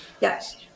Yes